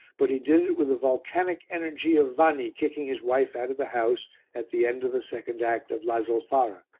but he did it with the volcanic energy of vanni kicking his wife out of the house at the end of the second act of la zolfara.